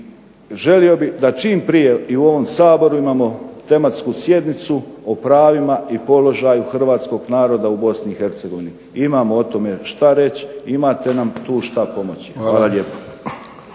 i želio bih da čim prije i u ovom Saboru imamo tematsku sjednicu o pravima i položaju hrvatskog naroda u Bosni i Hercegovini. Imamo o tome šta reći, imate nam tu šta pomoći. Hvala lijepo.